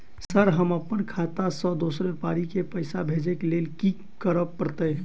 Sir हम अप्पन खाता सऽ दोसर व्यापारी केँ पैसा भेजक लेल की करऽ पड़तै?